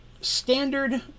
standard